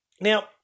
Now